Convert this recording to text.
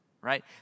Right